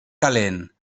calent